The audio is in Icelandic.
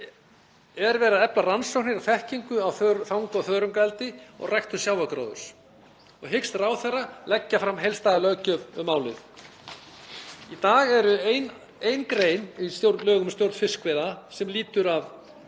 Er verið að efla rannsóknir og þekkingu á þang- og þörungaeldi og ræktun sjávargróðurs? 3. Hyggst ráðherra leggja fram heildstæða löggjöf um málið? Í dag er ein grein í lögum um stjórn fiskveiða sem lýtur að